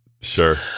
sure